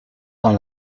dans